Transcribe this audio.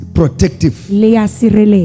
protective